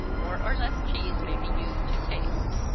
more or less cheese may be used, to taste.